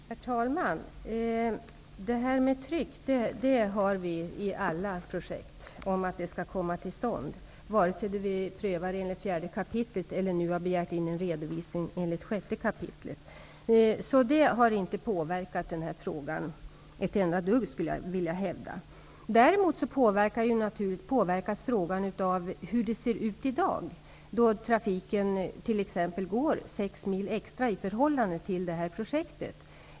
Herr talman! Vi har ett tryck på oss i alla projekt, som måste komma till stånd vare sig vi prövar enligt 4 kap. eller, som i det här fallet, har begärt en redovisning enligt 6 kap. Det här trycket på oss i frågan har inte påverkat oss ett enda dugg, hävdar jag. Däremot påverkas frågan av hur det ser ut i dag. Det gäller t.ex. trafiken. Det blir ju 6 mil extra väg i förhållande till projektet.